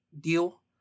deal